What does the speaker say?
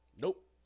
Nope